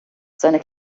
seine